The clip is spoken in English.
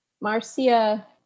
Marcia